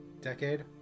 Decade